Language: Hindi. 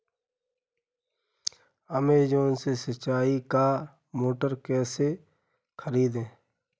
अमेजॉन से सिंचाई का मोटर कैसे खरीदें?